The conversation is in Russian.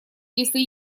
если